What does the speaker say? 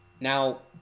Now